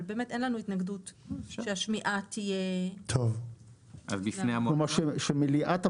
אין לנו התנגדות שהשמיעה תהיה בפני המועצה.